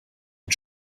mit